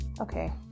Okay